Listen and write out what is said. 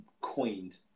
coined